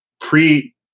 pre-